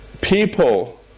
people